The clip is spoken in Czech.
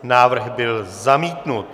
Návrh byl zamítnut.